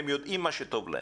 הם יודעים מה טוב להם.